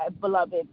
beloved